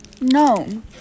No